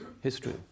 history